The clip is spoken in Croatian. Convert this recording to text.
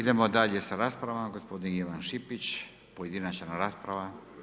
Idemo dalje sa raspravama, gospodin Ivan Šipić, pojedinačna rasprava.